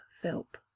Philp